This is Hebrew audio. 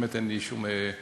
באמת אין לי שום בעיה.